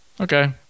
okay